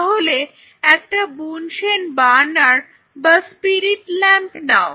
তাহলে একটা Bunsen burner বা স্পিরিট ল্যাম্প নাও